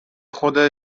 خود